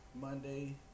Monday